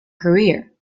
career